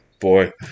Boy